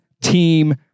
team